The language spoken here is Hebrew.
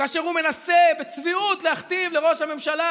כאשר הוא מנסה בצביעות להכתיב לראש הממשלה,